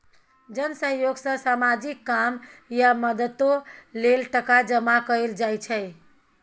जन सहयोग सँ सामाजिक काम या मदतो लेल टका जमा कएल जाइ छै